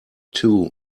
two